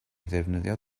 ddefnyddio